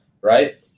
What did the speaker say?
right